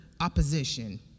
opposition